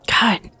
God